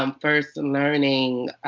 um first and learning